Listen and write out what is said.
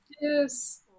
Yes